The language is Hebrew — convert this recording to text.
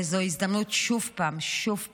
וזו הזדמנות עוד פעם, עוד פעם,